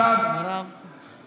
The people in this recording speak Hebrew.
ברור שעל חשבונך.